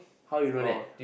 how you know that